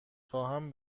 خواهم